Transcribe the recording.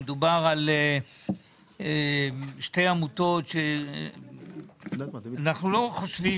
וכי מדובר על שתי עמותות שאנחנו לא חושבים